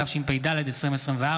התשפ"ד 2024,